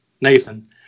Nathan